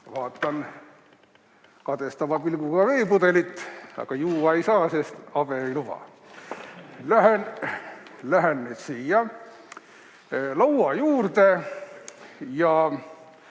Vaatan kadestava pilguga veepudelit, aga juua ei saa, sest habe ei luba. Lähen nüüd siia laua juurde ja